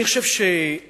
אני חושב שאלימות,